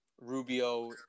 Rubio